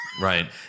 Right